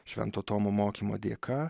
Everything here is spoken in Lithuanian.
švento tomo mokymo dėka